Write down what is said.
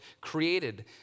created